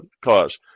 cause